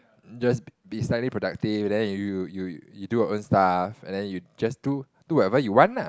just be slightly productive then you you you do your own stuff and then you just do do whatever you want ah